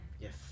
Yes